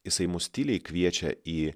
jisai mus tyliai kviečia į